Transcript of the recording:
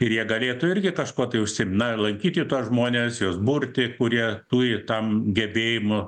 ir jie galėtų irgi kažkuo tai užsiimt na lankyti tuos žmones juos burti kurie turi tam gebėjimų